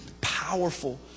powerful